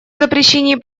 запрещении